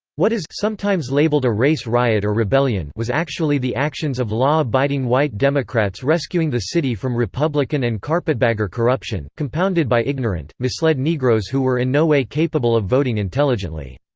what is sometimes labeled a race riot or rebellion was actually the actions of law-abiding white democrats rescuing the city from republican and carpetbagger corruption, compounded by ignorant, misled negroes who were in no way capable of voting intelligently.